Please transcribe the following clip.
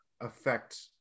affect